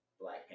Black